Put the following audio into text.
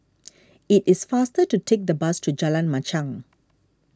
it is faster to take the bus to Jalan Machang